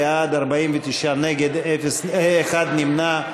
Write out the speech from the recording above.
בעד, 41, נגד, 64, אין נמנעים.